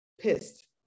pissed